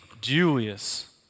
Julius